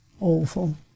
awful